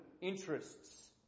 interests